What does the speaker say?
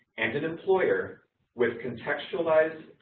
and an employer with contextualized,